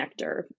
connector